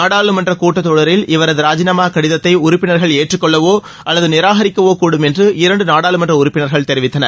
நாடாளுமன்ற கூட்டத்தொடரில் இவரது ராஜினாமா கடிதத்தை உறுப்பினர்கள் ஏற்றுக்கொள்ளவோ அல்லது நிராகரிக்கவோ கூடும் என்று இரண்டு நாடாளுமன்ற உறுப்பினர்கள் தெரிவித்தனர்